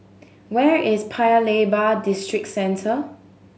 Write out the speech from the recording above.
where is Paya Lebar